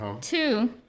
Two